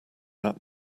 that